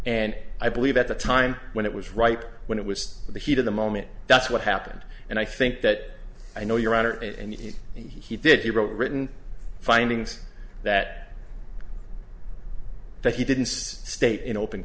and i believe at the time when it was right when it was the heat of the moment that's what happened and i think that i know your honor and he he did he wrote a written findings that that he didn't state in open